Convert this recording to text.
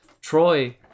Troy